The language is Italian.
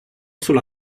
sulla